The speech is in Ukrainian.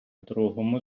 другому